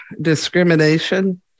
Discrimination